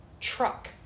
truck